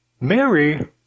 Mary